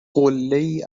قلهای